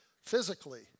physically